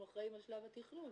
אנחנו אחראים על שלב התכנון.